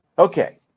Okay